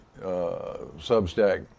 Substack